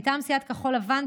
מטעם סיעת כחול לבן,